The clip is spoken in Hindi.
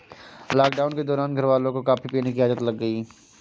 लॉकडाउन के दौरान घरवालों को कॉफी पीने की आदत लग गई